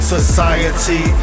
Society